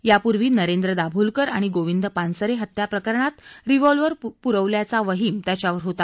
यापूर्वी नरेंद्र दाभोलकर आणि गोविंद पानसरे हत्या प्रकरणात रिव्हॉल्वर पुरवल्याचा वहीम त्याच्यावर होता